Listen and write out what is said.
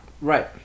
right